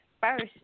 first